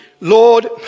Lord